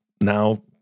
now